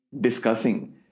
discussing